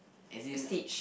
as in